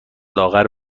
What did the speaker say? لاغر